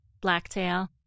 Blacktail